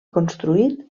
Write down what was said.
construït